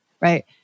right